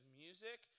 music